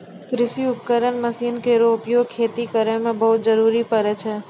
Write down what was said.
कृषि उपकरण मसीन केरो उपयोग खेती करै मे बहुत जरूरी परै छै